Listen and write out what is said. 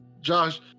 Josh